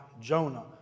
Jonah